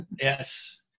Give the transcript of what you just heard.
yes